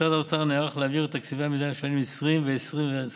משרד האוצר נערך להעביר את תקציבי המדינה לשנים 2020 ו-2021.